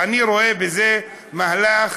אני רואה בזה מהלך